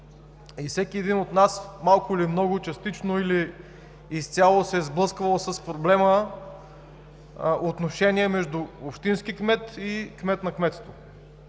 и всеки един от нас малко или много, частично или изцяло се е сблъсквал с проблема за отношението между общински кмет и кмет на кметство.